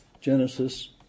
Genesis